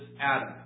Adam